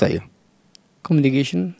Communication